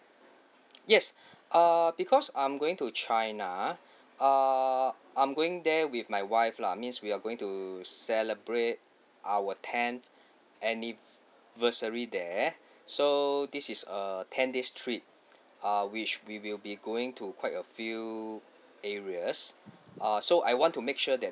yes err because I'm going to china err I'm going there with my wife lah means we are going to celebrate our ten anniversary there so this is a ten days trip uh which we will be going to quite a few areas uh so I want to make sure that